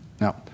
Now